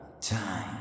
time